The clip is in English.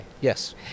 Yes